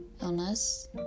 illness